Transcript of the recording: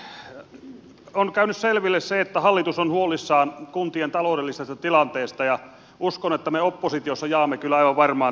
on käynyt selville se että hallitus on huolissaan kuntien taloudellisesta tilanteesta ja uskon että me oppositiossa jaamme kyllä aivan varmaan tämän huolen